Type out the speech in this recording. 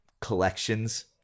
collections